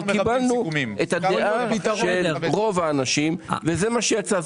קיבלנו את הדעה של רוב האנשים וזה מה שיצא.